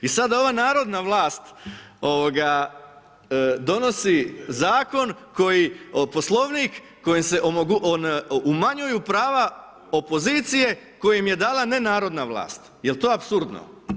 I sada ova narodna vlast donosi zakon koji Poslovnik, kojim se umanjuju prava opozicije koje im je dala nenarodna vlast, je li to apsurdno?